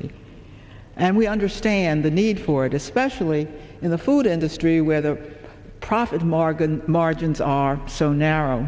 y and we understand the need for it especially in the food industry where the profit margin margins are so narrow